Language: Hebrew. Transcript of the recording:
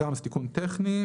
גם זה תיקון טכני.